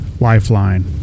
Lifeline